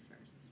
first